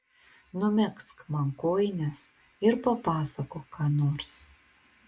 numegzk man kojines ir papasakok ką nors